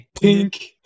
pink